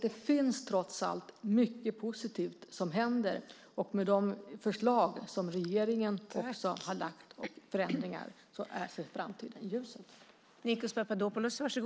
Det finns trots allt mycket positivt som händer. Med de förslag som regeringen har lagt fram och förändringar ser framtiden ljus ut.